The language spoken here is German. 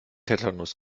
tetanus